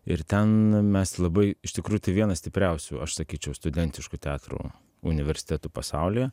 ir ten mes labai iš tikrųjų tai vienas stipriausių aš sakyčiau studentiškų teatrų universitetų pasaulyje